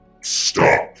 stop